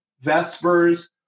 Vespers